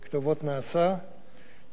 נדמה לי שלא צריך לחזור על כולן.